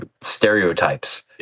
stereotypes